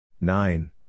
Nine